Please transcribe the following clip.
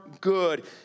good